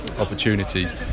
opportunities